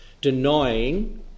denying